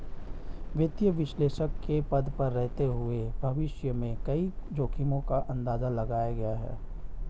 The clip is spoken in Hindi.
वित्तीय विश्लेषक के पद पर रहते हुए भविष्य में कई जोखिमो का अंदाज़ा लगाया है